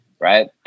right